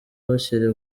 bukiri